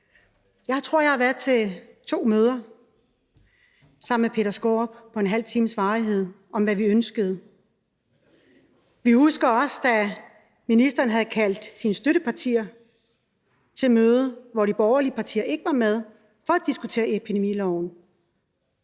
Jeg tror, jeg har været til to møder sammen med Peter Skaarup af en halv times varighed om, hvad vi ønskede. Vi husker også, da ministeren havde indkaldt sine støttepartier til møde, hvor de borgerlige partier ikke var med, for at diskutere epidemilov,